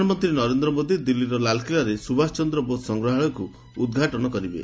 ପ୍ରଧାନମନ୍ତ୍ରୀ ନରେନ୍ଦ୍ର ମୋଦି ଦିଲ୍ଲୀର ଲାଲ୍କିଲ୍ଲାରେ ସୁଭାଷଚନ୍ଦ୍ର ବୋଷ ସଂଗ୍ରହାଳୟକୁ ଉଦ୍ଘାଟନ କରିବେ